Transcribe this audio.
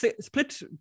split